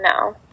no